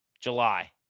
July